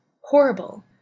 horrible